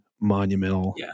monumental